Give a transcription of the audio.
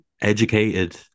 educated